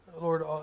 Lord